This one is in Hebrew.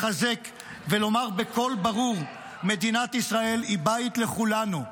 לחזק ולומר בקול ברור: מדינת ישראל היא בית לכולנו.